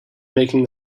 making